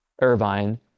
Irvine